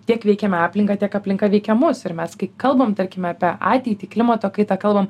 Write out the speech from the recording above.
tiek veikiame aplinką tiek aplinka veikia mus ir mes kai kalbam tarkim apie ateitį klimato kaitą kalbam